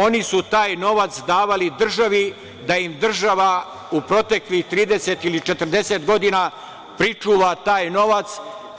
Oni su taj novac davali državi da im država u proteklih 30 ili 40 godina pričuva taj novac